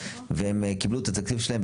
והם קיבלו את התקציב שלהם,